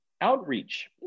outreach